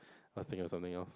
must think of something else